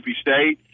State